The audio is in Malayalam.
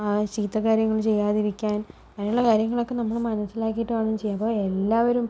ആ ചീത്ത കാര്യങ്ങള് ചെയ്യാതിരിക്കാൻ അങ്ങനെയുള്ള കാര്യങ്ങളൊക്കെ നമ്മള് മനസ്സിലാക്കിയിട്ട് വേണം ചെയ്യാൻ അപ്പോൾ എല്ലാവരും